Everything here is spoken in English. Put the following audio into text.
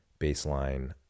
baseline